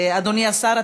אדוני השר,